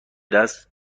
دست